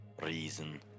Reason